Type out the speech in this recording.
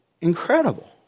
incredible